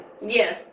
Yes